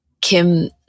Kim